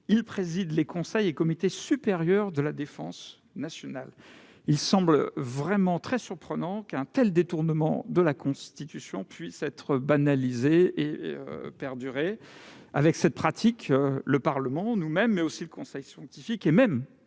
Il préside les conseils et les comités supérieurs de la défense nationale. » Il semble vraiment très surprenant qu'un tel détournement de la Constitution puisse être banalisé et perdurer. Avec cette pratique, le Parlement, mais aussi le conseil scientifique, et même